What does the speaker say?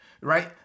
right